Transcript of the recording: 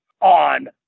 on